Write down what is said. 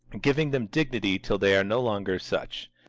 giving them dignity till they are no longer such,